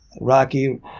Rocky